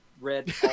red